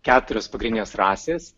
keturios pagrindinės rasės